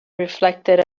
reflected